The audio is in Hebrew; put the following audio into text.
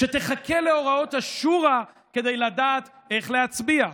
שתחכה להוראות השורא כדי לדעת איך להצביע?